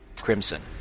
crimson